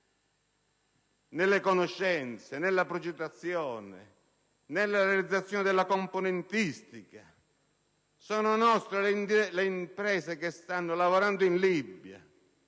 nelle conoscenze, nella progettazione e nella realizzazione della componentistica? Sono nostre le imprese che lavorano in Libia